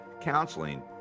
counseling